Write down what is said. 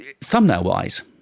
thumbnail-wise